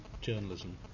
journalism